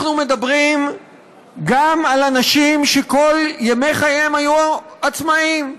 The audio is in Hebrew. אנחנו מדברים גם על אנשים שכל ימי חייהם היו עצמאיים,